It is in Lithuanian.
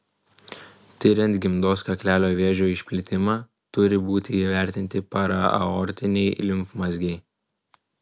tiriant gimdos kaklelio vėžio išplitimą turi būti įvertinti paraaortiniai limfmazgiai